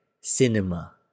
cinema